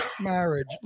marriage